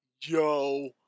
Yo